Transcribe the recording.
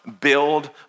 Build